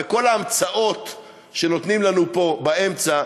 וכל ההמצאות שנותנים לנו פה באמצע,